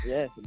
Yes